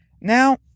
Now